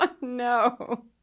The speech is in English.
No